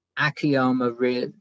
Akiyama